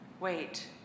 Wait